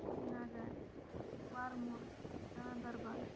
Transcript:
سری نگر ورمُل گاندَربل